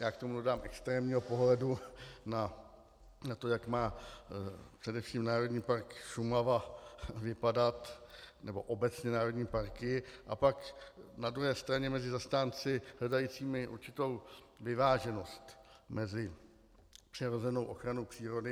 já k tomu dodám extrémního pohledu na to, jak má především Národní park Šumava vypadat, nebo obecně národní parky, a pak na druhé straně mezi zastánci hledajícími určitou vyváženost mezi přirozenou ochranou přírody.